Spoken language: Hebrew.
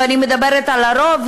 ואני מדברת על הרוב,